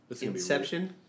Inception